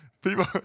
people